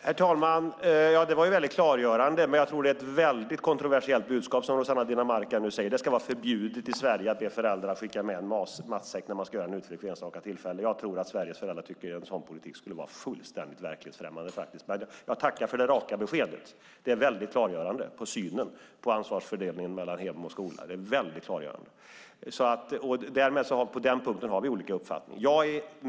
Herr talman! Det var ju väldigt klargörande, men jag tror att det är ett väldigt kontroversiellt budskap som Rossana Dinamarca nu kommer med: Det ska vara förbjudet i Sverige att be föräldrarna att skicka med en matsäck när man ska göra en utflykt vid något enstaka tillfälle. Jag tror att Sveriges föräldrar tycker att en sådan politik skulle vara fullständigt verklighetsfrämmande. Men jag tackar för det raka beskedet. Det är väldigt klargörande för synen på ansvarsfördelningen mellan hem och skola. På den punkten har vi olika uppfattningar.